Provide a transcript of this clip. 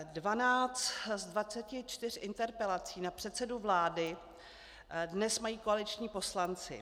Dvanáct z 24 interpelací na předsedu vládu dnes mají koaliční poslanci.